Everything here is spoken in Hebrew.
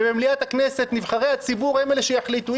ובמליאת הכנסת נבחרי הציבור הם אלה שיחליטו.